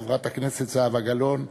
חברת הכנסת זהבה גלאון,